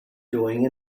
doing